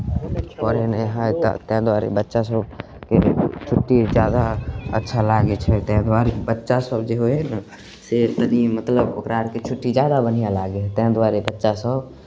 पढ़ै नहि हइ तऽ ताहि दुआरे बच्चासभ गरमी छुट्टी जादा अच्छा लागै छै ताहि दुआरे बच्चासभ जे होइ हइ ने से कनि मतलब ओकरा आरके छुट्टी जादा बढ़िआँ लागै हइ ताहि दुआरे बच्चासभ